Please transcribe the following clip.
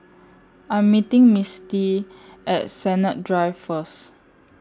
I'm meeting Misty At Sennett Drive First